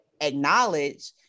acknowledge